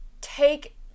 take